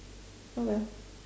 oh well